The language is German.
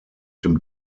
dem